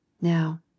now